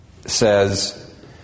says